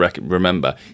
remember